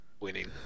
winning